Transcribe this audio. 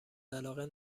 علاقه